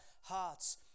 hearts